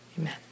Amen